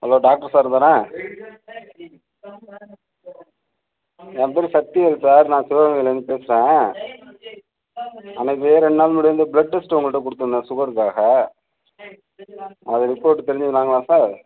hello doctor sir தானா என் பேர் சக்திவேல் சார் நான் சிவகங்கையிலேருந்து பேசுகிறேன் அன்னைக்கு ரெண்டு நாள் முன்னாடி இந்த ப்ளெட் டெஸ்ட் உங்கள்கிட்ட கொடுத்துருந்தேன் சுகர்க்காக அது ரிப்போர்ட்டு தெரிஞ்சுக்கலாங்களா சார்